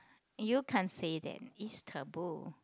you can't say that it's tabboo